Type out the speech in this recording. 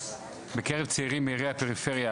בקרב צעירים מעריי הפריפריה,